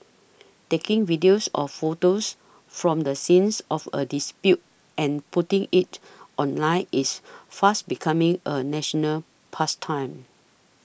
taking videos or photos from the scene of a dispute and putting it online is fast becoming a national pastime